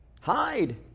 hide